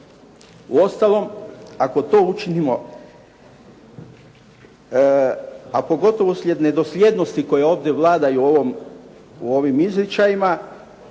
Uostalom, ako to učinimo, a pogotovo uslijed nedosljednosti koje ovdje vladaju u ovim izričajima,